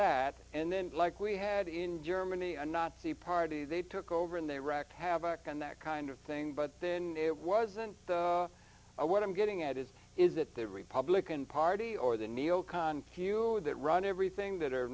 that and then like we had in germany a nazi party they took over and they wrecked havoc and that kind of thing but then it wasn't i what i'm getting at is is that the republican party or the neo con few that run everything that